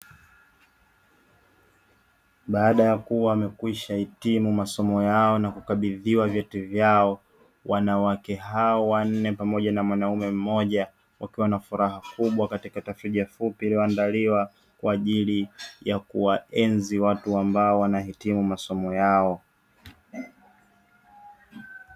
Baada ya kuwa wamekwishahitimu masomo yao na kukabidhiwa vyeti vyao, wanawake hao wanne pamoja na mwanaume mmoja wakiwa na furaha kubwa katika tafrija fupi iliyoandaliwa kwa ajili ya kuwa enzi watu ambao wanahitimu masomo yao.